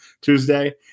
Tuesday